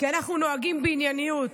כי אנחנו נוהגים בענייניות.